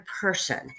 person